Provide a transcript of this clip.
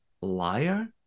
liar